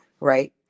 right